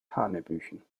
hanebüchen